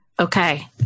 Okay